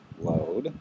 load